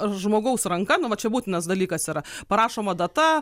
žmogaus ranka nu va čia būtinas dalykas yra parašoma data